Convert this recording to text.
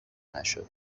نشد